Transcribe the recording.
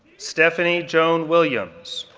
stephanie joan williams,